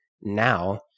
now